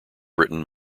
britain